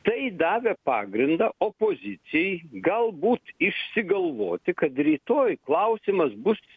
tai davė pagrindą opozicijai galbūt išsigalvoti kad rytoj klausimas bus